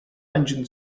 engine